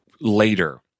later